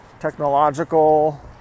technological